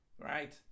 Right